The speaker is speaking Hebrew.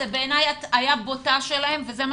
בעיניי זו הטעיה בוטה שלהם וזה מה